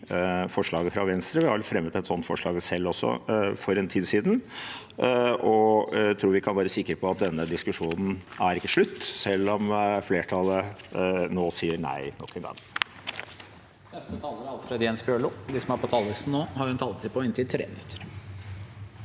forslaget fra Venstre. Vi har fremmet et sånt forslag selv også for en tid siden. Jeg tror vi kan være sikre på at denne diskusjonen ikke er slutt, selv om flertallet nå sier nei nok en gang.